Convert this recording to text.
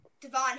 Devon